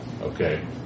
Okay